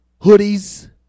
hoodies